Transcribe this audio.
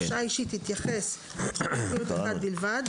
הרשאה אישית תתייחס לתחום מומחיות אחד בלבד,